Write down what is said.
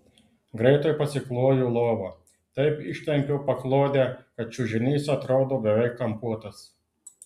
greitai pasikloju lovą taip ištempiu paklodę kad čiužinys atrodo beveik kampuotas